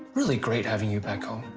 really great having you back home.